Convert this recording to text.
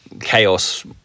chaos